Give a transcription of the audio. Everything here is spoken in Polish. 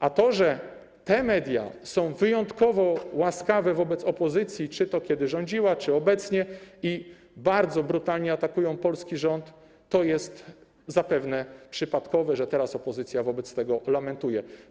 A że te media są wyjątkowo łaskawe wobec opozycji - czy to kiedy rządziła, czy obecnie - i bardzo brutalnie atakują polski rząd, to jest zapewne przypadkowe, że teraz opozycja wobec tego lamentuje.